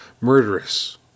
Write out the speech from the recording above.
Murderous